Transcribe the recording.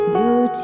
Blue